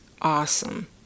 awesome